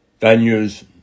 venues